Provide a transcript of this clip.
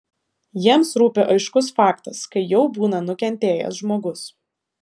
jiems rūpi aiškus faktas kai jau būna nukentėjęs žmogus